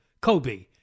Kobe